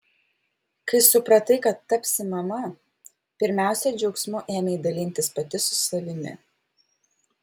kai supratai kad tapsi mama pirmiausia džiaugsmu ėmei dalintis pati su savimi